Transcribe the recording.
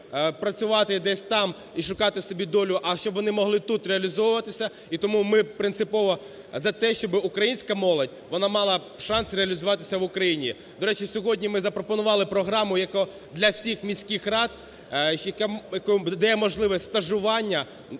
працювати десь там і шукати собі долю, а, щоб вони могли тут реалізовуватися. І тому ми принципово за те, щоб українська молодь, вона мала шанс реалізуватися в Україні. До речі, сьогодні ми запропонували програму для всіх міських рад, яка дає можливість стажування,